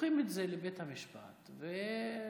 לוקחים את זה לבית המשפט, ומשחררים.